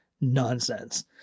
nonsense